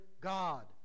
God